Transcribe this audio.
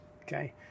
Okay